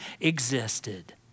existed